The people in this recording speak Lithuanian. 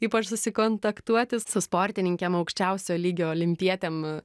ypač susikontaktuoti su sportininkėm aukščiausio lygio olimpietėm